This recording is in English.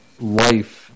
life